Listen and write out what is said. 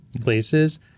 places